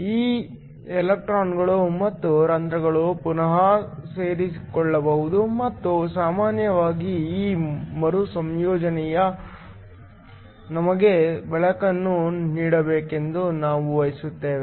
ಈ ಎಲೆಕ್ಟ್ರಾನ್ಗಳು ಮತ್ತು ಹೋಲ್ಗಳು ಪುನಃ ಸೇರಿಕೊಳ್ಳಬಹುದು ಮತ್ತು ಸಾಮಾನ್ಯವಾಗಿ ಈ ಮರುಸಂಯೋಜನೆಯು ನಮಗೆ ಬೆಳಕನ್ನು ನೀಡಬೇಕೆಂದು ನಾವು ಬಯಸುತ್ತೇವೆ